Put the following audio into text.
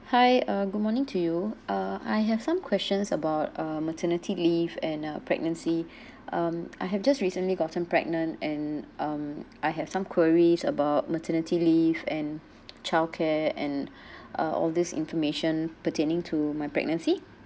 hi uh good morning to you uh I have some questions about uh maternity leave and uh pregnancy um I have just recently gotten pregnant and um I have some queries about maternity leave and childcare and uh all these information pertaining to my pregnancy